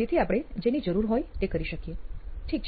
જેથી આપણે જેની જરૂર હોય તે કરી શકીએ ઠીક છે